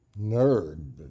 nerd